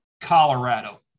Colorado